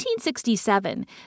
1867